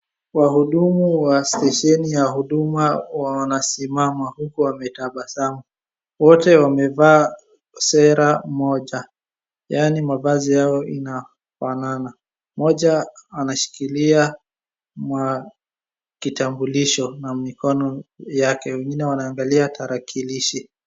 Wahudumu wa stesheni ya huduma wanasimama huku wametabasamu, wote wamevaa sare moja yaani mavazi yao inafanana. Mmoja anshikilia kitambulisho na mikono yake wengine wanaangalia tarakilishi.